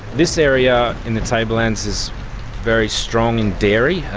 this area in the tablelands is very strong in dairy,